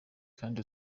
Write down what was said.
kandi